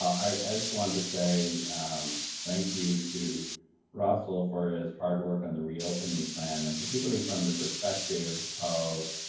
i just wanted to say thank you to russell for his hard work on the reopening plan. and particularly from the perspective of